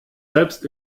selbst